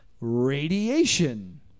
Radiation